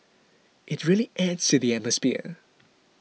it really adds to the atmosphere